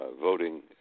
voting